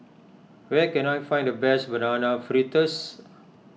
where can I find the best Banana Fritters